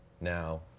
now